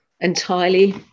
entirely